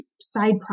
side